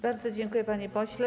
Bardzo dziękuję, panie pośle.